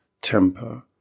temper